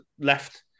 left